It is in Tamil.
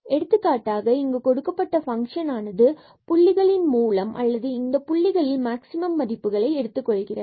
எடுத்துக்காட்டாக இங்கு கொடுக்கப்பட்ட பங்க்ஷன் ஆனது புள்ளிகளின் மூலம் அல்லது இந்த புள்ளிகளில் மாக்சிமம் மதிப்புகளை எடுத்துக் கொள்கிறது